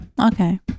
Okay